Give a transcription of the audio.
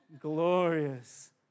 glorious